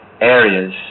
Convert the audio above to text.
areas